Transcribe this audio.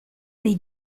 dei